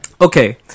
okay